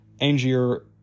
Angier